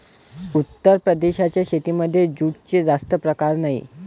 उत्तर प्रदेशाच्या शेतीमध्ये जूटचे जास्त प्रकार नाही